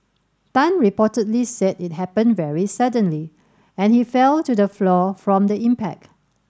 Tan reportedly said it happened very suddenly and he fell to the floor from the impact